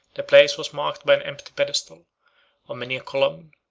the place was marked by an empty pedestal of many a column,